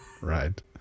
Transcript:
Right